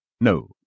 No